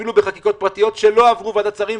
אפילו בחקיקות פרטיות שלא עברו ועדת שרים.